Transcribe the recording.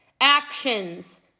actions